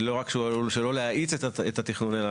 לא רק שהוא עלול שלא להאיץ את התכנון אלא